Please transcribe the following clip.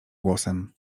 głosem